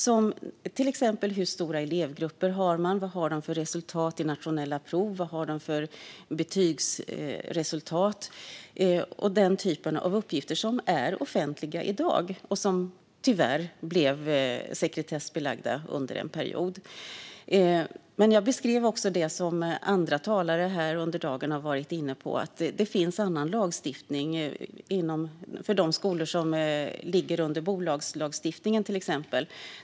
Det kan till exempel gälla hur stora elevgrupper man har, vilka resultat man har i nationella prov och vilka betygsresultat man har. Det gäller uppgifter som är offentliga i dag, men som under en period tyvärr blev sekretessbelagda. Jag beskrev också det som andra talare har varit inne på under dagen, nämligen att det finns annan lagstiftning för de skolor som ligger under bolagslagstiftningen, till exempel.